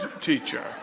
teacher